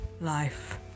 life